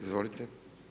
Izvolite.